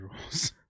rules